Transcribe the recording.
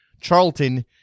Charlton